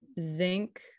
zinc